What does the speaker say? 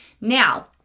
Now